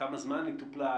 כמה זמן היא טופלה,